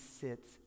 sits